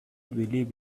believe